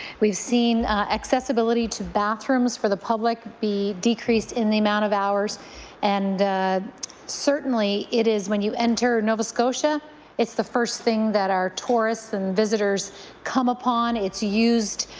we have seen accessibility to bathrooms for the public be decreased in the amount of hours and certainly it is when you enter nova scotia it's the first thing that our tourists and visitors come upon. it's used.